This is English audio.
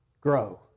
Grow